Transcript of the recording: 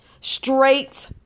Straight